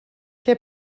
què